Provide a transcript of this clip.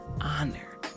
honor